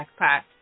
backpack